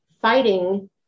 fighting